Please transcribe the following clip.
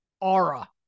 aura